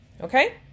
Okay